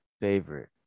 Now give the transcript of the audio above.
favorite